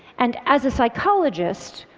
and, as a psychologist,